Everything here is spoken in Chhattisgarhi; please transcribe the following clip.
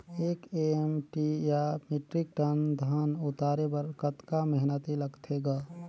एक एम.टी या मीट्रिक टन धन उतारे बर कतका मेहनती लगथे ग?